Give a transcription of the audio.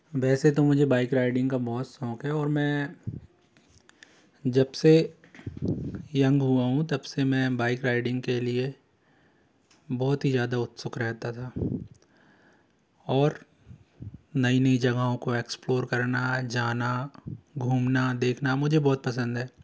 वैसे तो मुझे बाइक राइडिंग का बहुत शौक़ है और मैं जब से यंग हुआ हूँ तब से मैं बाइक राइडिंग के लिए बहुत ही ज़्यादा उत्सुक रहता था और नई नई जगहों को एक्सप्लोर करना जाना घूमना देखना मुझे बहुत पसंद है